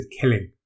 killing